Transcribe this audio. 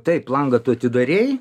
taip langą tu atidarei